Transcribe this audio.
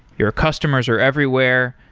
your customers are everywhere.